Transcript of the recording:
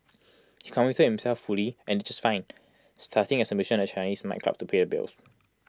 he committed himself fully and did just fine starting as A musician at Chinese nightclubs to pay the bills